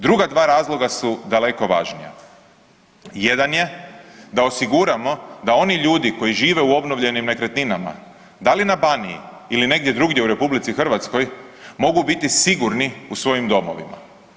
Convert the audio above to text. Druga dva razloga su daleko važnija, jedan je da osiguramo da oni ljudi koji žive u obnovljenim nekretninama da li na Baniji ili negdje drugdje u RH mogu biti sigurni u svojim domovima.